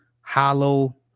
hollow